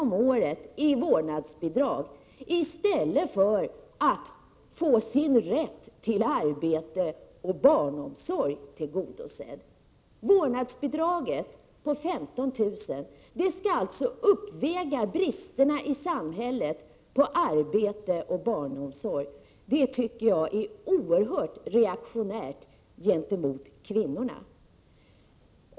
om året i vårdnadsbidrag, i stället för att få sin rätt till arbete och barnomsorg tillgodosedd. Vårdnadsbidraget på 15 000 skall således uppväga bristerna i samhället när det gäller arbete och barnomsorg. Det tycker jag är oerhört reaktionärt gentemot kvinnorna.